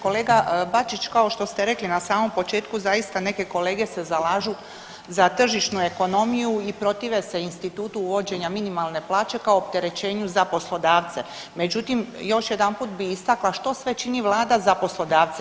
Kolega Bačić kao što ste rekli na samom početku zaista neke kolege se zalažu za tržišnu ekonomiju i protive se institutu uvođenja minimalne plaće kao opterećenju za poslodavce, međutim još jedanput bi istakla što sve čini vlada za poslodavce.